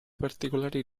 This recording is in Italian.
particolari